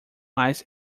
mais